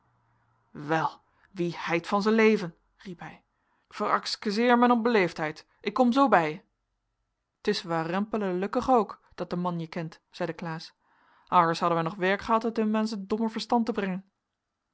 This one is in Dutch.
wel wie heit van zijn leven riep hij verakskeseer mijn onbeleefdheid ik kom zoo bij je t is warempel elukkig ook dat de man je kent zeide klaas aêrs hadden wij nog werk ehad het hum aan zijn domme verstand te brengen